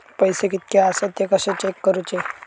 पैसे कीतके आसत ते कशे चेक करूचे?